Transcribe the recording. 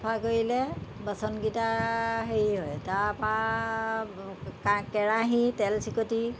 চাফা কৰিলে বাচনকিটা হেৰি হয় তাৰ পৰা কেৰাহি তেল চিকটি